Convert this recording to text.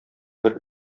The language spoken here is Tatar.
бер